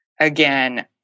again